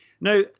Now